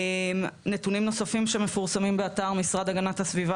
נתונים נוספים שמפורסמים באתר משרד להגנת הסביבה